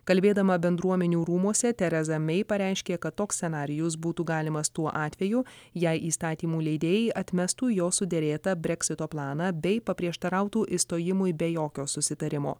kalbėdama bendruomenių rūmuose tereza mei pareiškė kad toks scenarijus būtų galimas tuo atveju jei įstatymų leidėjai atmestų jos suderėtą breksito planą bei paprieštarautų išstojimui be jokio susitarimo